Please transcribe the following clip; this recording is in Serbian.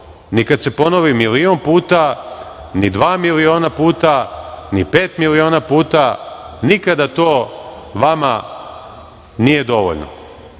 ni kada se ponovi milion puta, ni dva miliona puta, ni pet miliona puta, nikada vama nije dovoljno.